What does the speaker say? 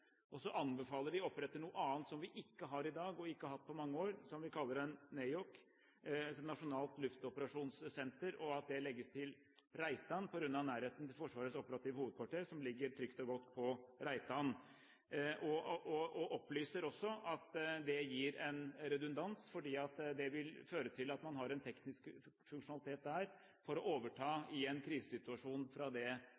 Så anbefaler de å opprette noe annet – som vi ikke har i dag, og som vi ikke har hatt på mange år – som vi kaller NAOC, Nasjonalt luftoperasjonssenter, og at det legges til Reitan, på grunn av nærheten til Forsvarets operative hovedkvarter, som ligger trygt og godt på Reitan. De opplyser også om at det gir en redundans, fordi det vil føre til at man har en teknisk funksjonalitet der som i en krisesituasjon kan overta for